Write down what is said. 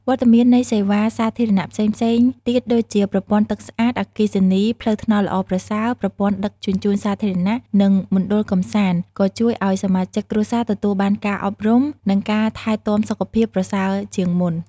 វត្តមាននៃសេវាសាធារណៈផ្សេងៗទៀតដូចជា ប្រព័ន្ធទឹកស្អាត អគ្គិសនី ផ្លូវថ្នល់ល្អប្រសើរ ប្រព័ន្ធដឹកជញ្ជូនសាធារណៈ និងមណ្ឌលកម្សាន្ត ក៏ជួយឱ្យសមាជិកគ្រួសារទទួលបានការអប់រំ និងការថែទាំសុខភាពប្រសើរជាងមុន។